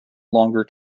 longer